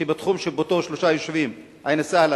שבתחום שיפוטה שלושה יישובים: עין-א-סהלה,